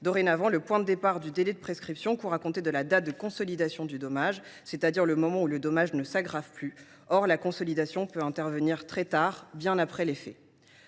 Dorénavant, le délai de prescription court à compter de la date de consolidation du dommage, c’est à dire du moment où le dommage ne s’aggrave plus. Or cette consolidation peut intervenir très tard, bien après les faits.